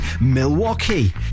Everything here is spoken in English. Milwaukee